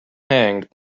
hanged